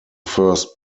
first